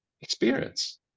experience